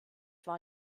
war